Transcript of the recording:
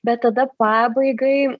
bet tada pabaigai